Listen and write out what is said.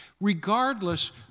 regardless